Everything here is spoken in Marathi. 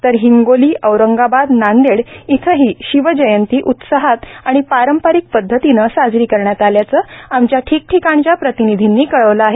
तर हिंगोली औरंगाबाद नांदेड इथही शिवजयंती उत्साहात आणि पारंपारिक पद्धतीन साजरी करण्यात आल्याच आमच्या ठीकठीकांच्या प्रतिनिधींनी कळवलं आहे